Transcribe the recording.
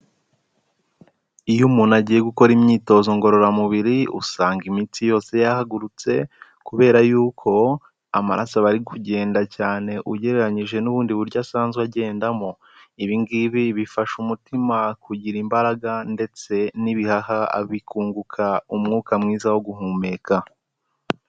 Iyo umuntu agiye gukora imyitozo ngororamubiri, usanga imitsi yose yahagurutse ,kubera yuko amaraso aba ari kugenda cyane ugereranyije n'ubundi buryo asanzwe agendamo. Ibi ngibi bifasha umutima kugira imbaraga ,ndetse n'ibihaha bikunguka umwuka mwiza wo guhumeka.